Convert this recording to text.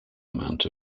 amount